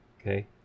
Okay